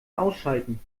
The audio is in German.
ausschalten